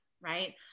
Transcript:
right